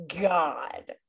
God